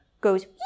goes